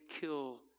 kill